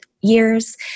years